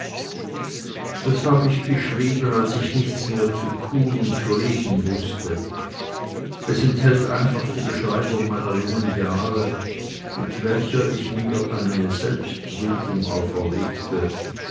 das hab ich geschrieben als ich nichts mehr zu tun und zu leben wußte es enthält einfach die beschreibung meiner jungen jahre mit welcher ich mir eine selbstprüfung auferlegte